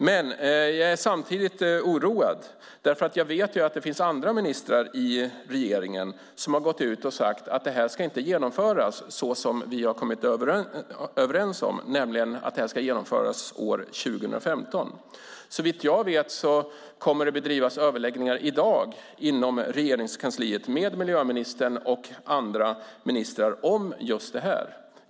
Men jag är samtidigt oroad eftersom jag vet att det finns andra ministrar i regeringen som har sagt att detta inte ska genomföras såsom vi har kommit överens om, det vill säga att det ska genomföras år 2015. Såvitt jag vet kommer det att bedrivas överläggningar i dag inom Regeringskansliet med miljöministern och andra ministrar om just detta.